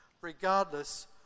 regardless